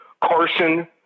Carson